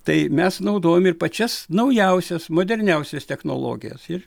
tai mes naudojam ir pačias naujausias moderniausias technologijas ir